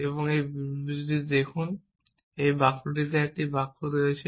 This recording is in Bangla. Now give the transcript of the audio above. এখন এই বিবৃতিটি দেখুন এই বাক্যটিতে একটি বাক্য রয়েছে